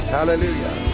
Hallelujah